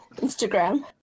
Instagram